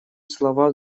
слова